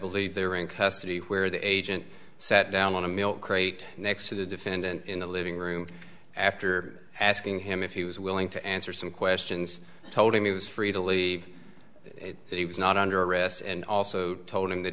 believed they were in custody where the agent sat down on a milk crate next to the defendant in the living room after asking him if he was willing to answer some questions told him he was free to leave it that he was not under arrest and also told him that